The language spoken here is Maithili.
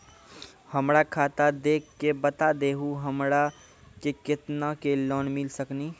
हमरा खाता देख के बता देहु हमरा के केतना के लोन मिल सकनी?